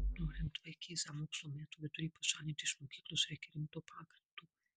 norint vaikėzą mokslo metų vidury pašalinti iš mokyklos reikia rimto pagrindo